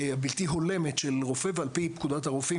בלתי הולמת של רופא ועפ"י פקודת הרופאים